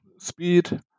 speed